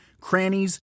crannies